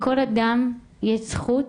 לכל אדם יש את זכות